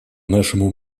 нашему